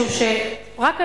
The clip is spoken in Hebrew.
משום שרק היום,